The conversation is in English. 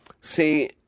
See